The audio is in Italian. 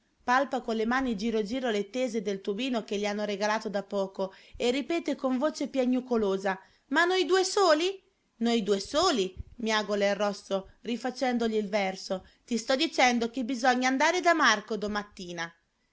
palpa con le mani giro giro le tese del tubino che gli hanno regalato da poco e ripete con voce piagnucolosa ma noi due soli noi due soli miagola il rosso rifacendogli il verso ti sto dicendo che bisogna andare da marco domattina